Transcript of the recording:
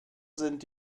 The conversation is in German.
sind